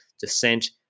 Descent